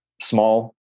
small